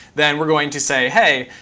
then we're going to say, hey,